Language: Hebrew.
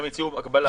הם הציעו הקבלה.